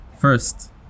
First